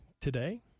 today